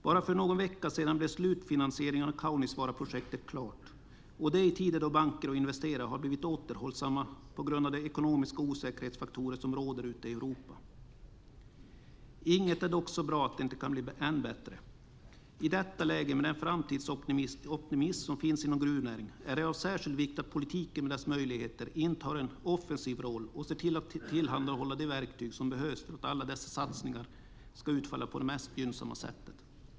Bara för någon vecka sedan blev slutfinansieringen av Kaunisvaaraprojektet klart och det i tider då banker och investerare har blivit återhållsamma på grund av de ekonomiska osäkerhetsfaktorer som råder ute i Europa. Inget är dock så bra att det inte kan bli än bättre. I detta läge, med den framtidsoptimism som finns inom gruvnäringen, är det av särskild vikt att politiken med dess möjligheter intar en offensiv roll och ser till att tillhandahålla de verktyg som behövs för att alla dessa satsningar ska utfalla på det mest gynnsamma sättet.